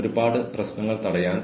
അത് അനിവാര്യതകൾ കണക്കിലെടുക്കണം